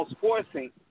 forcing